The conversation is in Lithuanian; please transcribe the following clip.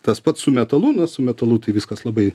tas pats su metalu na su metalu tai viskas labai